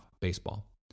baseball